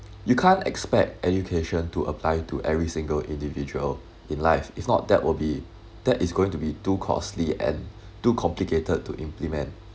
you can't expect education to apply to every single individual in life if not that will be that is going to be too costly and too complicated to implement